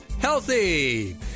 healthy